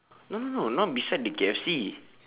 no no no not beside the K_F_C